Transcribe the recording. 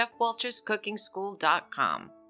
chefwalterscookingschool.com